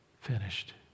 finished